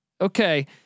okay